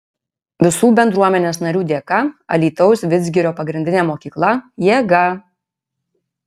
visų bendruomenės narių dėka alytaus vidzgirio pagrindinė mokykla jėga